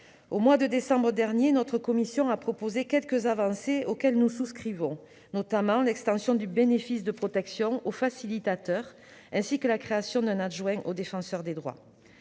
Au mois de décembre dernier, notre commission a proposé quelques avancées auxquelles nous souscrivons, notamment l'extension du bénéfice de la protection aux facilitateurs, ainsi que la création d'un adjoint au Défenseur des droits.